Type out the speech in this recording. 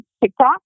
tiktok